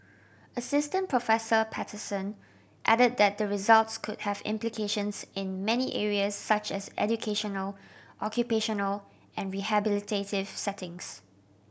Assistant Professor Patterson add that the results could have implications in many areas such as educational occupational and rehabilitative settings